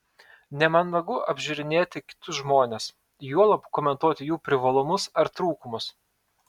nemandagu apžiūrinėti kitus žmones juolab komentuoti jų privalumus ar trūkumus